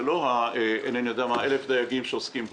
זה לא רק 1,000 הדייגים שעוסקים בו.